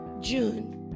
June